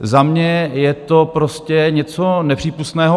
Za mě je to prostě něco nepřípustného.